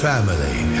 family